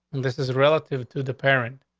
and this is relative to the parent.